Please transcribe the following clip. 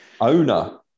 Owner